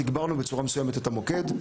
תגברנו בצורה מסוימת את המוקד,